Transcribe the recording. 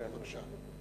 בבקשה.